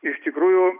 iš tikrųjų